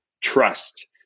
trust